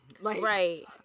Right